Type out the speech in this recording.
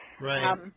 Right